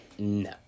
No